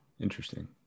Interesting